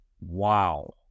wow